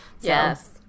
Yes